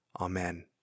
Amen